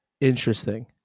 Interesting